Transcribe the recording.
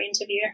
interview